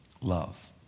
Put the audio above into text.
love